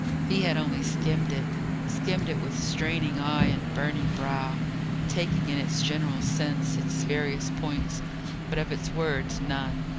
he had only skimmed it skimmed it with straining eye and burning brow taking in its general sense, its various points but of its words, none.